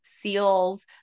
seals